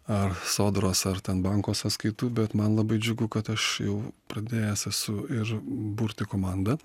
ar sodros ar ten banko sąskaitų bet man labai džiugu kad aš jau pradėjęs esu ir burti komandą